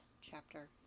chapter